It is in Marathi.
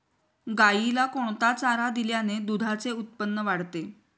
गाईला कोणता चारा दिल्याने दुधाचे उत्पन्न वाढते?